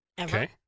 okay